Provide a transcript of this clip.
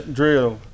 drill